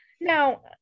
now